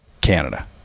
Canada